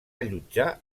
allotjar